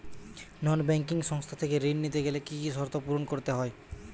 নন banking সংস্থা থেকে ঋণ নিতে গেলে কি কি শর্ত পূরণ করতে হয়?